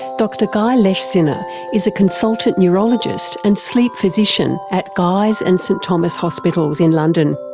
dr guy leschziner is a consultant neurologist and sleep physician at guy's and st thomas hospitals in london.